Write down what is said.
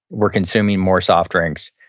we're consuming more soft drinks,